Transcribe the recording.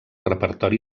repertori